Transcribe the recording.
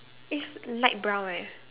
it's light brown right